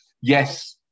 yes